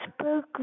spoke